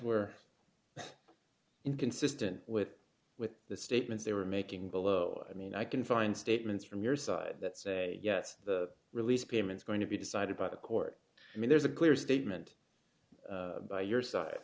were inconsistent with with the statements they were making below i mean i can find statements from your side that say yes the release payments going to be decided by the court i mean there's a clear statement by your side